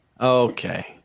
Okay